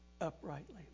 uprightly